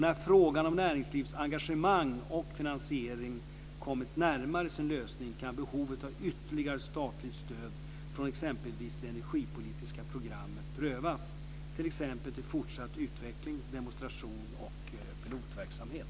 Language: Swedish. När frågan om näringslivets engagemang och finansiering kommit närmare sin lösning kan behovet av ytterligare statligt stöd från exempelvis det energipolitiska programmet prövas, t.ex. till fortsatt utvecklings-, demonstrations och pilotverksamhet.